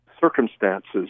circumstances